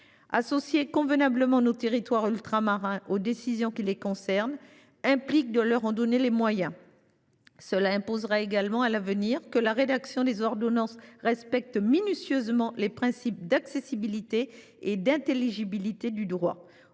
Associer convenablement nos territoires ultramarins aux décisions qui les concernent implique de leur en donner les moyens. Cela impose également que la rédaction des ordonnances respecte minutieusement les principes d’accessibilité et d’intelligibilité du droit,